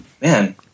man